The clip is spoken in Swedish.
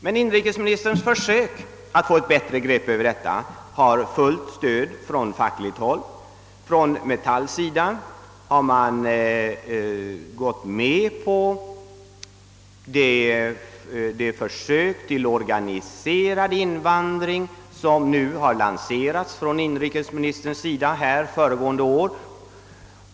Men inrikesministerns försök att få ett bättre grepp över detta har fullt stöd från fackligt håll. Metall har gått med på det försök till organiserad invandring som inrikesministern lanserade föregående år.